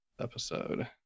episode